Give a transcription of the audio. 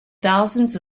thousands